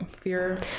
fear